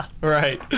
Right